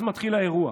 אז מתחיל האירוע.